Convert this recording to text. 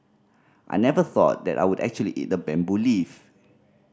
I never thought that I would actually eat a bamboo leaf